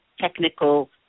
Technical